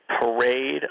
parade